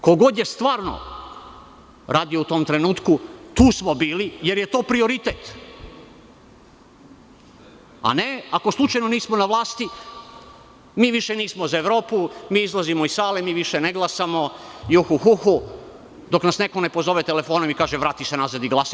Ko god je stvarno radio u tom trenutku tu smo bili jer je to prioritet, a ne ako slučajno nismo na vlasti, mi više nismo za Evropu, mi izlazimo iz sale, mi više ne glasamo, mi ju-hu-hu, dok nas neko ne pozove telefonom i kaže – vrati se nazad i glasaj.